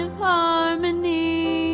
harmony